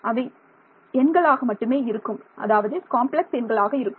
அவை எண்களாக மட்டுமே இருக்கும் அதாவது காம்ப்ளக்ஸ் எண்களாக இருக்கும்